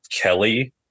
kelly